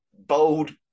bold